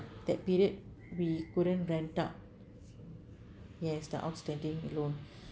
that period we couldn't rent out yes the outstanding loan